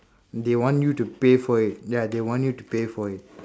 they want you to pay for it ya they want you to pay for it